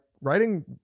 writing